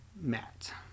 Matt